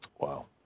Wow